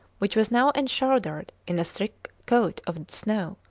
which was now enshrouded in a thick coat of snow,